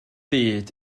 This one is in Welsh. byd